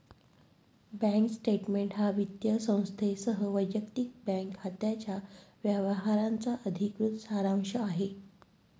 bank statement हा वित्तीय संस्थेसह वैयक्तिक बँक खात्याच्या व्यवहारांचा अधिकृत सारांश आहे